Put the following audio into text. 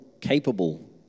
capable